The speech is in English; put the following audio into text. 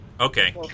Okay